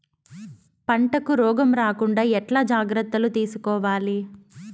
పంటకు రోగం రాకుండా ఎట్లా జాగ్రత్తలు తీసుకోవాలి?